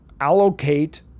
allocate